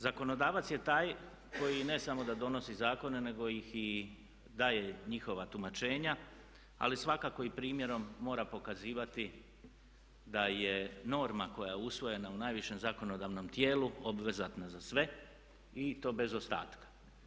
Zakonodavac je taj koji ne samo da donosi zakone nego i daje njihova tumačenja ali svakako i primjerom mora pokazivati da je norma koja je usvojena u najvišem zakonodavnom tijelu obvezatna za sve i to bez ostatka.